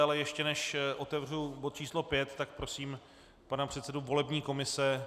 Ale ještě než otevřu bod číslo 5, tak prosím pana předsedu volební komise.